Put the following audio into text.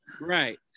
Right